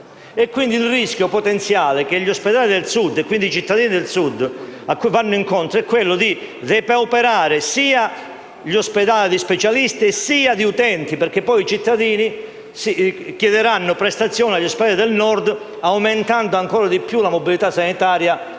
Il rischio potenziale cui gli ospedali del Sud e quindi i cittadini del Sud vanno incontro è quello di depauperare di specialisti sia gli ospedali, sia gli utenti, perché i cittadini chiederanno prestazioni agli ospedali del Nord aumentando ancora di più la mobilità sanitaria